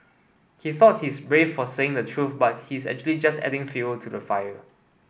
he thought he's brave for saying the truth but he's actually just adding fuel to the fire